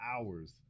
hours